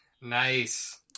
Nice